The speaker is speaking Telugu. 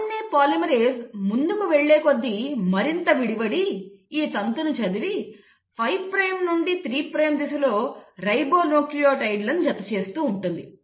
RNA పాలిమరేస్ ముందుకు వెళ్లే కొద్దీ మరింత విడివడి ఈ తంతును చదివి 5 ప్రైమ్ నుండి 3 ప్రైమ్ దిశలో రిబోన్యూక్లియోటైడ్ లను జత చేస్తూ ఉంటుంది